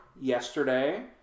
yesterday